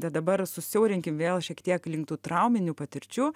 bet dabar susiaurinkim vėl šiek tiek link tų trauminių patirčių